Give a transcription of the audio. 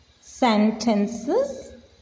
sentences